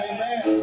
Amen